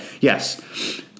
Yes